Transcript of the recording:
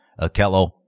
Akello